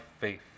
faith